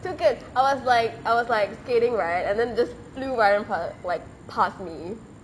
toucan I was like I was like skating right and then just flew righ~ like past me